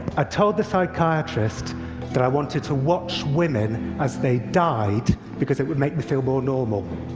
i told the psychiatrist that i wanted to watch women as they died, because it would make me feel more normal.